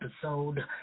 episode